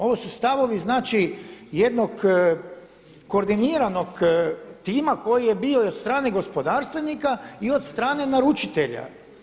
Ovo su stavovi znači jednog koordiniranog tima koji je bio i od strane gospodarstvenika i od strane naručitelja.